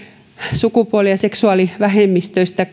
sukupuoli ja seksuaalivähemmistöistä